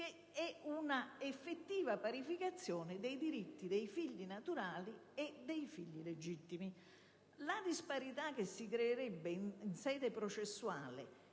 in una effettiva parificazione dei diritti dei figli naturali e dei figli legittimi. La disparità che si creerebbe in sede processuale